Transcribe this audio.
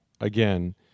again